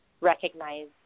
recognize